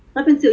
ya 真的